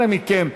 אנא מכם.